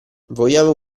vogliono